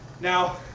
Now